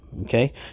Okay